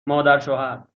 مادرشوهربه